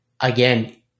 again